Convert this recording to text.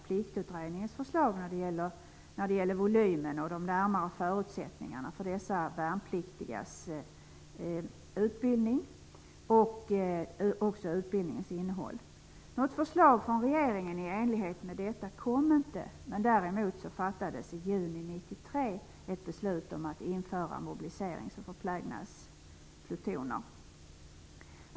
Pliktutredningens förslag när det gäller volymen och de närmare förutsättningarna för de värnpliktigas utbildning samt också utbildningens innehåll. Något förslag från regeringen i enlighet med detta kom inte. Men däremot fattades ett beslut i juni 1993 om att införa mobiliserings och förplägnadsplutoner.